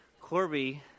Corby